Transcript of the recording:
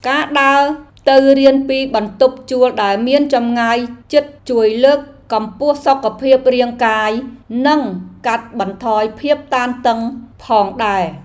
ការដើរទៅរៀនពីបន្ទប់ជួលដែលមានចម្ងាយជិតជួយលើកកម្ពស់សុខភាពរាងកាយ និងកាត់បន្ថយភាពតានតឹងផងដែរ។